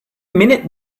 minute